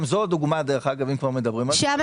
גם זאת דוגמה, אם מדברים על זה.